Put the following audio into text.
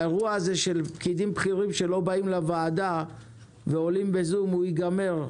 האירוע של פקידים בכירים שלא באים לוועדה ועולים בזום יסתיים.